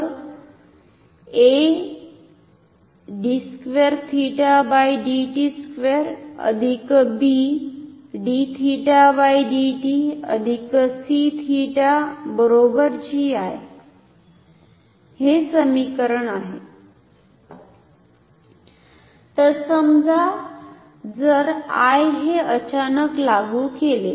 तर तर समजा जर I हे अचानक लागु केले